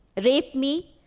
raped me,